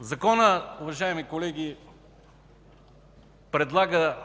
Законът, уважаеми колеги, предлага